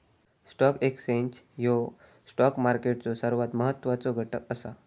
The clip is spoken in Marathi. स्टॉक एक्सचेंज ह्यो स्टॉक मार्केटचो सर्वात महत्वाचो घटक असा